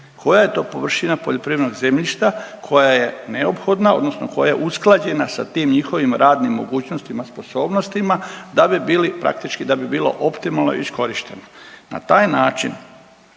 Koja je to površina poljoprivrednog zemljišta koja je neophodna, odnosno koja je usklađena sa tim njihovim radnim mogućnostima, sposobnostima da bi bili, praktički da bi bilo